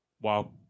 wow